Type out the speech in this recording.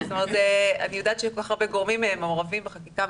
אני יודעת שכל כך הרבה גורמים מעורבים בחקיקה,